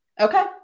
Okay